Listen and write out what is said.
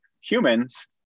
humans